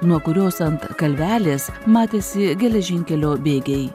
nuo kurios ant kalvelės matėsi geležinkelio bėgiai